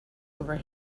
over